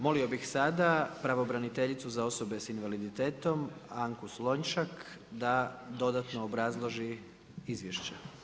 Molio bih sada pravobraniteljicu za osobe sa invaliditetom, Anku Slonjšak da dodatno obrazloži izvješće.